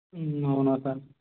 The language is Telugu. అవునా సార్